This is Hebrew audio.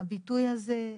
הביטוי הזה,